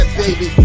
baby